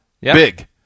big